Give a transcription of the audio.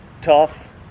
tough